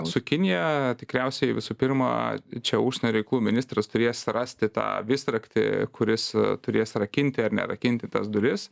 su kinija tikriausiai visų pirma čia užsienio reikalų ministras turės rasti tą visraktį kuris turės rakinti ar nerakinti tas duris